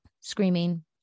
screaming